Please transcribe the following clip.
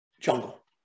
Jungle